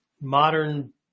modern